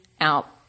out